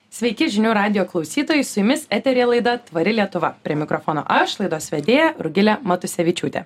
sveiki žinių radijo klausytojai su jumis eteryje laida tvari lietuva prie mikrofono aš laidos vedėja rugilė matusevičiūtė